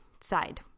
side